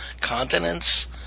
continents